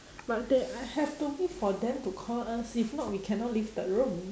but they I have to wait for them to call us if not we cannot leave the room